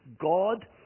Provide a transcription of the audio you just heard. God